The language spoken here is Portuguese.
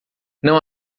não